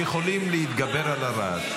שיכולים להתגבר על הרעש,